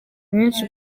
benshi